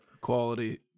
Quality